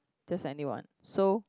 just any one so